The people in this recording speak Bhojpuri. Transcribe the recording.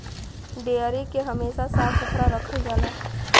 डेयरी के हमेशा साफ सुथरा रखल जाला